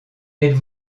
êtes